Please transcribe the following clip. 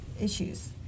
issues